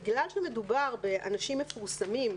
בגלל שמדובר באנשים מפורסמים,